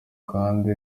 kandi